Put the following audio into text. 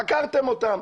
חקרתם אותם.